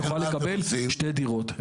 יוכל לקבל שתי דירות.